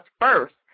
first